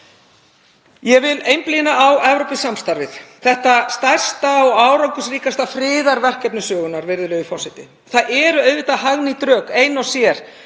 Ég vil einblína á Evrópusamstarfið, þetta stærsta og árangursríkasta friðarverkefni sögunnar, virðulegur forseti. Það eru hagnýt rök ein og sér